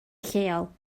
lleol